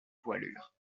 voilure